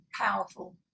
Powerful